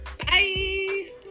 bye